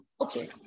Okay